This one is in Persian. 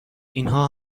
اینها